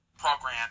program